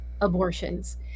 abortions